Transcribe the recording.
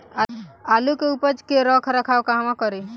आलू के उपज के रख रखाव कहवा करी?